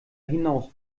hinaus